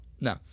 no